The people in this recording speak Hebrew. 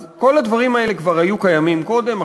אז כל הדברים האלה כבר היו קיימים קודם,